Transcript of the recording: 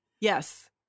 Yes